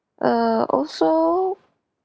err also